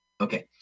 okay